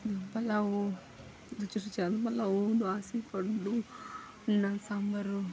ಪಲಾವು ರುಚಿ ರುಚಿಯಾದ ಪಲಾವು ದೋಸೆ ಕಡುಬು ಇನ್ನೊಂದು ಸಾಂಬಾರು